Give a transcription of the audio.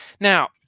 Now